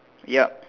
yep